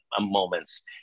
moments